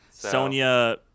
Sonya